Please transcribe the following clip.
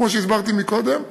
כמו שהסברתי קודם לכן,